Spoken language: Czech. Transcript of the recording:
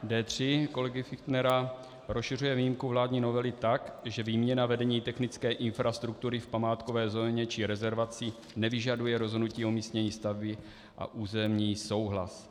D3 kolegy Fichtnera rozšiřuje výjimku vládní novely tak, že výměna vedení technické infrastruktury v památkové zóně či rezervaci nevyžaduje rozhodnutí o umístění stavby a územní souhlas.